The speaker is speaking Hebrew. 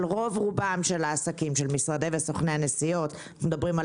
ברוב רובם של משרדי וסוכני הנסיעות מדובר על